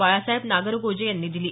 बाळासाहेब नागरगोजे यांनी दिली